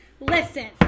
Listen